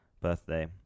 birthday